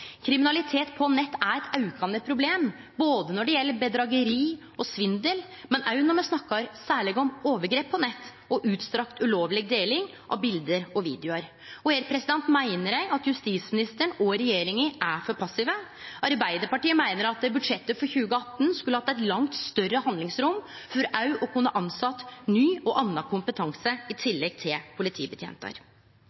Kriminalitet på nett er eit aukande problem når det gjeld bedrageri og svindel, men særleg når me snakkar om overgrep på nett og utstrekt ulovleg deling av bilde og videoar. Her meiner eg at justisministeren og regjeringa er for passive. Arbeidarpartiet meiner at budsjettet for 2018 skulle hatt eit langt større handlingsrom, òg for å kunne ha tilsett ny og annan kompetanse i tillegg til